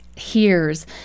hears